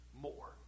more